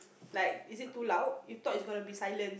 like is it too loud you thought it's gonna be silent